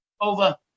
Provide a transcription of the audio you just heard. Over